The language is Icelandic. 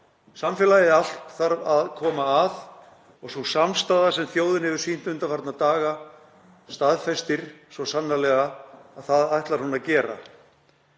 Samfélagið allt þarf að koma að. Sú samstaða sem þjóðin hefur sýnt undanfarna daga staðfestir svo sannarlega að það ætlar hún að gera.